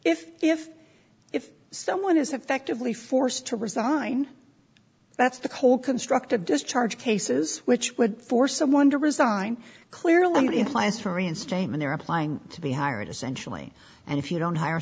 if if if someone is effectively forced to resign that's the core constructive discharge cases which would force someone to resign clearly implies for reinstatement they're applying to be hired essentially and if you don't hire